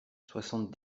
soixante